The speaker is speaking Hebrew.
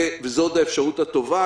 זאת האפשרות הטובה,